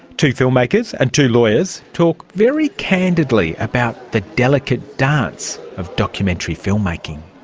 two filmmakers and two lawyers talk very candidly about the delicate dance of documentary filmmaking.